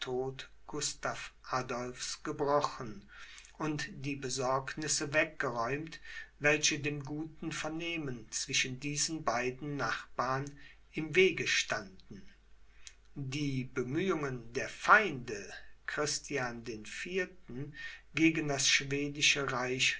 adolphs gebrochen und die besorgnisse weggeräumt welche dem guten vernehmen zwischen diesen beiden nachbarn im wege standen die bemühungen der feinde christian den vierten gegen das schwedische